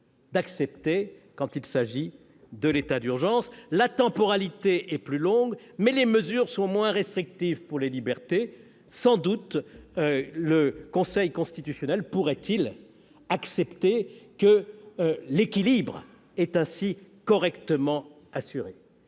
d'accepter quand il s'agit de l'état d'urgence. La temporalité est plus longue, mais les mesures sont moins restrictives pour les libertés. Sans doute le Conseil constitutionnel pourrait-il accepter un tel équilibre. Toutefois,